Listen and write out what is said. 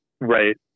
Right